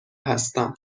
هستم